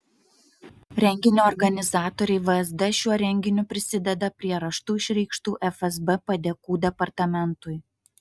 renginio organizatoriai vsd šiuo renginiu prisideda prie raštu išreikštų fsb padėkų departamentui